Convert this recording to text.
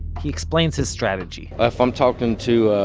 he explains his strategy ah if i'm talking to